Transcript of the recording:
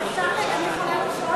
כבוד היושב-ראש, אני יכולה לשאול?